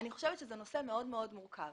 אני חושבת שזה נושא מאוד מאוד מורכב.